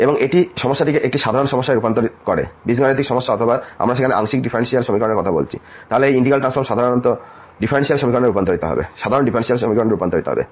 এবং এটি সমস্যাটিকে একটি সাধারণ সমস্যায় রূপান্তর করে বীজগণিত সমস্যা অথবা আমরা সেখানে আংশিক ডিফারেনশিয়াল সমীকরণের কথা বলছি তাহলে এই ইন্টিগ্রাল ট্রান্সফর্ম সাধারণ ডিফারেনশিয়াল সমীকরণে রূপান্তরিত হবে